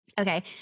Okay